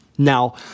Now